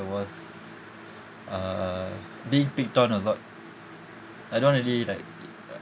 was uh being pick on a lot I don't really like